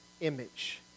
image